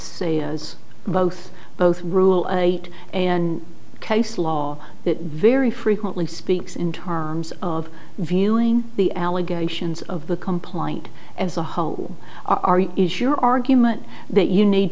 is both both rule of eight and case law that very frequently speaks in terms of viewing the allegations of the complaint as a whole are is your argument that you need